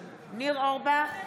אורבך,